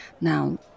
Now